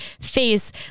face